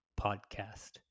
podcast